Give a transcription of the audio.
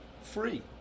free